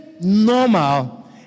normal